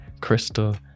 Crystal